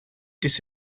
this